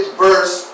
verse